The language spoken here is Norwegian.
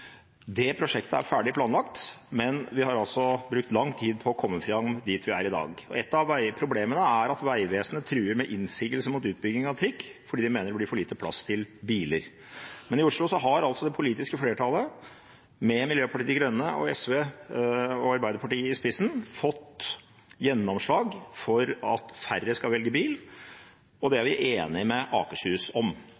Det prosjektet er ferdig planlagt, men vi har brukt lang tid på å komme fram dit vi er i dag. Et av problemene er at Vegvesenet truer med innsigelse mot utbygging av trikk fordi de mener det blir for liten plass til biler. Men i Oslo har altså det politiske flertallet, med Miljøpartiet De Grønne, SV og Arbeiderpartiet i spissen, fått gjennomslag for at færre skal velge bil, og det er